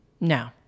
no